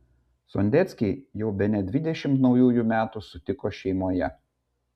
sondeckiai jau bene dvidešimt naujųjų metų sutiko šeimoje